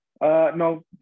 No